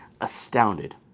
astounded